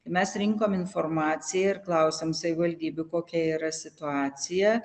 mes rinkom informaciją ir klausėm savivaldybių kokia yra situacija